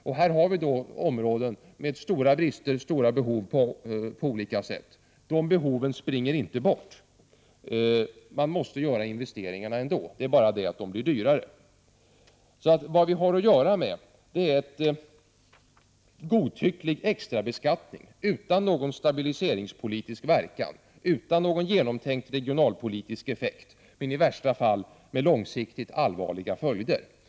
Det finns ju områden med stora brister och behov, och behoven blir inte mindre. Man måste alltså trots allt göra investeringar. Vad som då händer är att dessa blir dyrare. Vad vi har att göra med här är således en godtycklig extrabeskattning utan någon stabiliseringspolitisk verkan och utan någon genomtänkt regionalpolitisk effekt. I värsta fall kan i stället denna beskattning få allvarliga följder på lång sikt.